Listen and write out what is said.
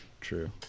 true